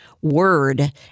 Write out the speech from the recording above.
word